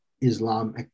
Islam